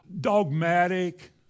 dogmatic